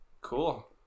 cool